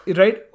right